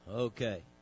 Okay